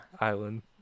Island